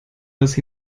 dass